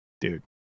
dude